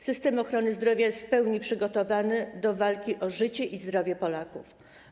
System ochrony zdrowia jest w pełni przygotowany do walki o życie i zdrowie Polaków.